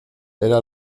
era